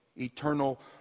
eternal